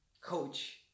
coach